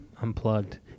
Unplugged